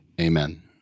Amen